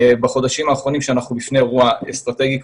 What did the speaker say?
בחודשים האחרונים שאנחנו בפני אירוע אסטרטגי,